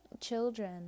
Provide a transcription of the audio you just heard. children